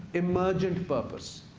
emergent purpose.